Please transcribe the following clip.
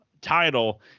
title